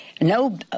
No